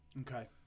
Okay